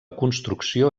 construcció